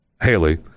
Haley